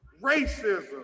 racism